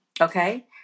Okay